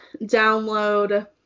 download